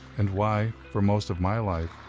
and why, for most of my life,